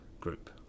group